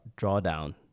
drawdown